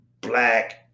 black